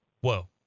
whoa